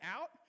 out